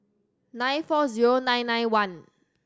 nine four zero nine nine one